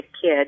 kid